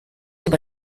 über